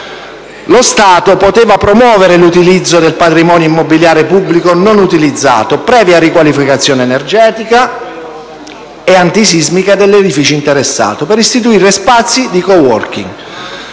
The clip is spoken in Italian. Lo Stato poteva promuovere l'utilizzo del patrimonio immobiliare pubblico non utilizzato, previa riqualificazione energetica e antisismica dell'edificio interessato, per istituire spazi di *coworking*.